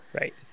Right